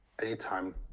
anytime